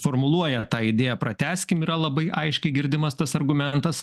formuluoja tą idėją pratęskim yra labai aiškiai girdimas tas argumentas